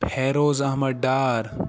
Feroz Ahmad Dar